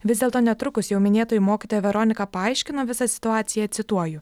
vis dėlto netrukus jau minėtoji mokytoja veronika paaiškino visą situaciją cituoju